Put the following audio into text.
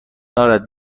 دارد